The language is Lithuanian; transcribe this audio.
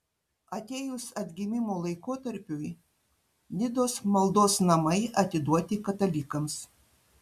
atėjus atgimimo laikotarpiui nidos maldos namai atiduoti katalikams